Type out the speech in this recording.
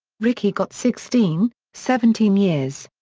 rickey got sixteen, seventeen years.